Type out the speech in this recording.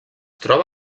troba